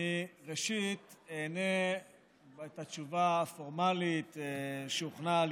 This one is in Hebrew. אני ראשית אענה את התשובה הפורמלית שהוכנה על